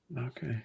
Okay